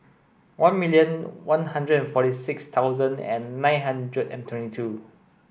one million one hundred and forty six thousand and nine hundred and twenty two